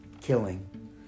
killing